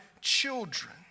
children